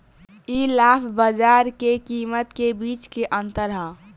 इ लाभ बाजार के कीमत के बीच के अंतर ह